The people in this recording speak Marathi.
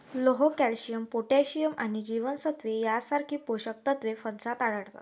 लोह, कॅल्शियम, पोटॅशियम आणि जीवनसत्त्वे यांसारखी पोषक तत्वे फणसात आढळतात